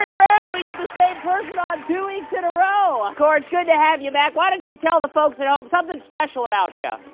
that we get the same person on two weeks in a row. ah cor, it's good to have you back. why don't you tell the folks at home something special about yeah